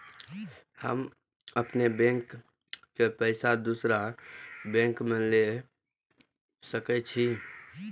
हम अपनों बैंक के पैसा दुसरा बैंक में ले सके छी?